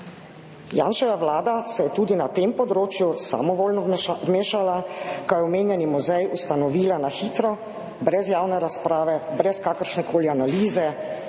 Janševa vlada se je tudi na tem področju samovoljno vmešala, ko je omenjeni muzej ustanovila na hitro, brez javne razprave, brez kakršnekoli analize,